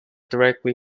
directly